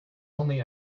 only